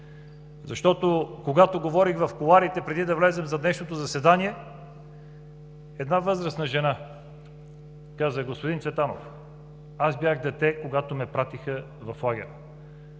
Защото, когато говорих в кулоарите, преди да вляза за днешното заседание, една възрастна жена каза: „Господин Цветанов, аз бях дете, когато ме пратиха в лагер.